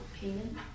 Payment